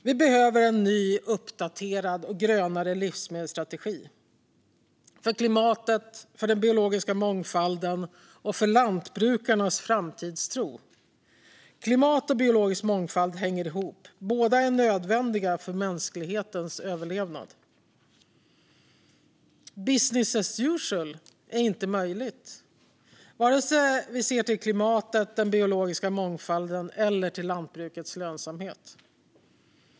Vi behöver en ny uppdaterad och grönare livsmedelsstrategi för klimatet, den biologiska mångfalden och lantbrukarnas framtidstro. Klimat och biologisk mångfald hänger ihop. Båda är nödvändiga för mänsklighetens överlevnad. Business as usual är inte möjligt vare sig vi ser till klimat, biologisk mångfald eller lantbrukets lönsamhet.